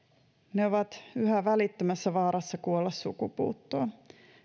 ne ovat yhä välittömässä vaarassa kuolla sukupuuttoon